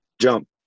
jump